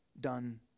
done